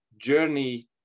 journey